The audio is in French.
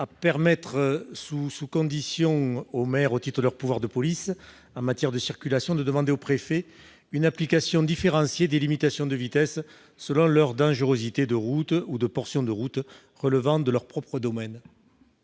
à permettre sous condition aux maires, au titre de leur pouvoir de police en matière de circulation, de demander au préfet une application différenciée des limitations de vitesse, selon leur dangerosité, de routes ou de portions de routes relevant de leur propre domaine.